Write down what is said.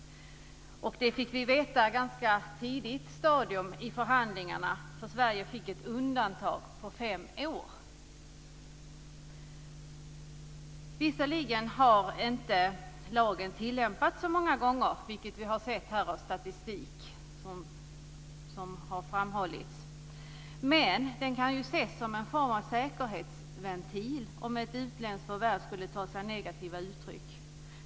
Detta fick vi veta på ett ganska tidigt stadium i förhandlingarna, så Sverige fick ett undantag på fem år. Visserligen har lagen inte tillämpats så många gånger, vilket framgår av statistik här. Men den kan ses som en form av säkerhetsventil om ett utländskt förvärv skulle ta sig negativa uttryck.